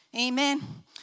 Amen